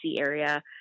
area